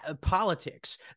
politics